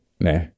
Nah